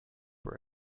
were